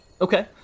Okay